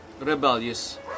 rebellious